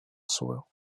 soil